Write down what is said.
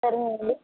సరేనండి